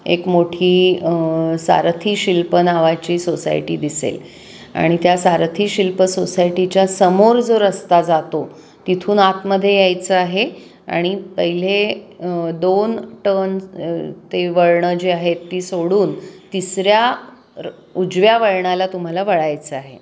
एक मोठी सारथी शिल्प नावाची सोसायटी दिसेल आणि त्या सारथी शिल्प सोसायटीच्यासमोर जो रस्ता जातो तिथून आतमध्ये यायचं आहे आणि पहिले दोन टन ते वळणं जी आहेत ती सोडून तिसऱ्या उजव्या वळणाला तुम्हाला वळायचं आहे